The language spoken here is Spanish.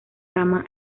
rama